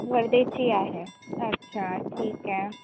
वर्धेची आहे अच्छा ठीक आहे